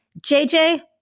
JJ